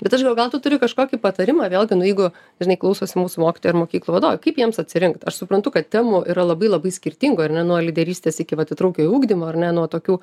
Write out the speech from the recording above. bet aš gal gal tu turi kažkokį patarimą vėl ten nu jeigu žinai klausosi mūsų mokytojai ar mokyklų vadovai kaip jiems atsirinkt aš suprantu kad temų yra labai labai skirtingų ar ne nuo lyderystės iki vat įtraukiojo ugdymo ar ne nuo tokių